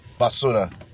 Basura